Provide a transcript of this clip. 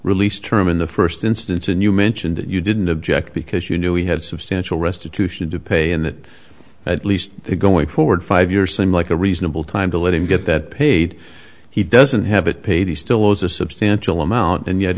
released term in the first instance and you mention that you didn't object because you knew we had substantial restitution to pay and that at least going forward five years seem like a reasonable time to let him get that paid he doesn't have it paid he still owes a substantial amount and yet